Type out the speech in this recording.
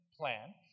plan